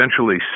essentially